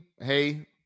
hey